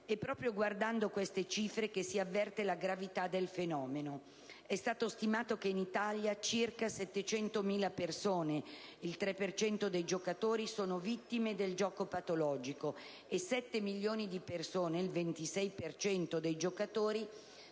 Proprio guardando queste cifre si avverte la gravità del fenomeno. È stato stimato che, in Italia, circa 700.000 persone, il 3 per cento dei giocatori, sono vittime del gioco patologico e che 7 milioni di persone, il 26 per cento dei giocatori,